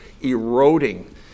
eroding